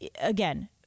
again